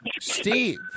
Steve